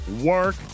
work